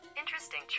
Interesting